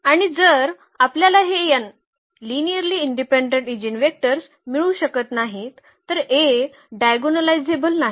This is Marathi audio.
आणि जर आपल्याला हे n लिनिअर्ली इंडिपेंडेंट ईजीनवेक्टर्स मिळू शकत नाहीत तर A डायगोनलायझेबल नाही